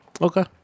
Okay